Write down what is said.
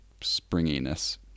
springiness